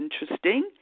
interesting